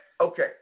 Okay